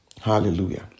Hallelujah